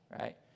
right